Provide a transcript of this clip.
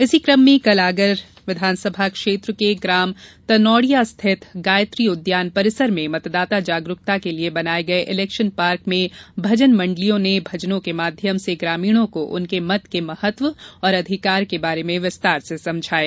इसी क्रम में कल आगर विधानसभा क्षैत्र के ग्राम तनोड़िया स्थित गायत्री उद्यान परिसर में मतदाता जागरूकता के लिये बनाये गये इलेक्शन पार्क में भजन मंडलियों ने भजनों के माध्यम से ग्रामीणों को उनके मत के महत्व तथा अधिकार के बारे में विस्तार से समझाया